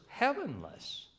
heavenless